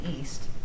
East